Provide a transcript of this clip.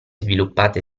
sviluppate